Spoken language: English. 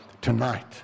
tonight